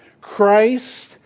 Christ